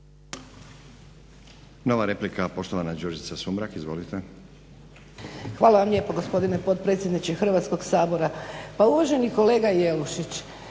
Nova replika, poštovana Đurđica Sumrak. Izvolite. **Sumrak, Đurđica (HDZ)** Hvala vam lijepo gospodine potpredsjedniče Hrvatskog sabora. Pa uvaženi kolega Jelušić